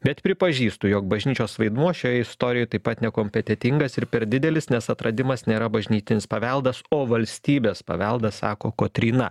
bet pripažįstu jog bažnyčios vaidmuo šioje istorijoj taip pat nekompetentingas ir per didelis nes atradimas nėra bažnytinis paveldas o valstybės paveldas sako kotryna